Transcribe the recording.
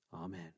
Amen